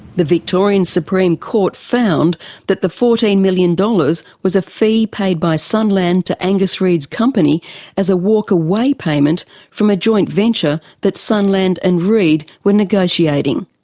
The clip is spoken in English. the victorian supreme court found that the fourteen million dollars was a fee paid by sunland to angus reed's company as a walk away payment from a joint venture that sunland and reed were negotiating.